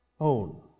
own